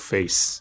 Face